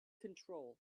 control